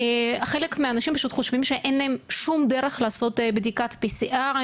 חלק מהאנשים פשוט חושבים שאין להם שום דרך לעשות בדיקת PCR .